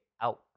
out